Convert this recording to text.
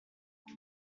that